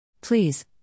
Please